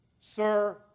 sir